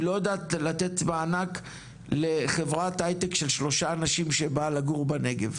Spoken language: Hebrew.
היא לא יודעת לתת מענק לחברת הייטק של שלושה אנשים שבאה לגור בנגב,